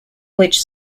which